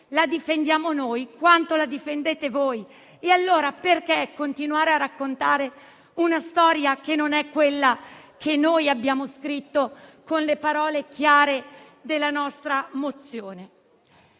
la difendiamo noi quanto la difendete voi. E allora perché continuare a raccontare una storia che non è quella che noi abbiamo scritto con le parole chiare della nostra mozione?